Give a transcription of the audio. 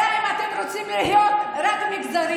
אלא אם כן אתם רוצים להיות רק מגזריים.